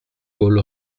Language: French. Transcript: paul